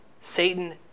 Satan